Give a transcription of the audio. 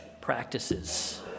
practices